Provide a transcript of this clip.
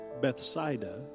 Bethsaida